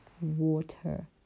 water